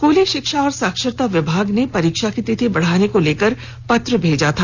स्कूली शिक्षा और साक्षरता विभाग ने परीक्षा की तिथि बढ़ाने को लेकर पत्र भेजा था